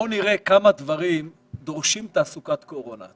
בואו נראה כמה דברים דורשים תעסוקת קורונה.